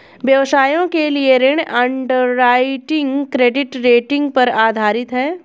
व्यवसायों के लिए ऋण अंडरराइटिंग क्रेडिट रेटिंग पर आधारित है